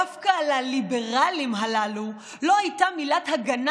דווקא לליברלים הללו לא הייתה מילת הגנה